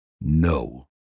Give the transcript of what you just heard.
No